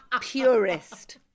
purist